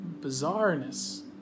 bizarreness